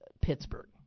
Pittsburgh